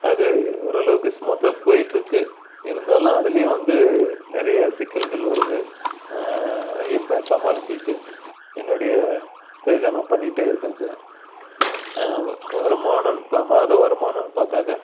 அது ஓரளவுக்கு ஸ்மூத்தாக போய்ட்டுருக்கு இருந்தாலும் அதுலையும் வந்து நிறையா சிக்கல்கள் வருது அதையும் இப்போ சமாளிச்சிக்கிட்டு என்னுடைய தொழிலை நான் பண்ணிகிட்டே இருக்கேங்க சார் வருமானம் இப்போ மாத வருமானோன்னு பார்த்தாக்கா